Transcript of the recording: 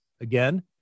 Again